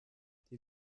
die